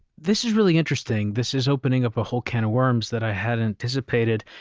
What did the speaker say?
this is really interesting. this is opening up a whole can of worms that i hadn't anticipated,